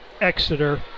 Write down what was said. Exeter